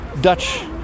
Dutch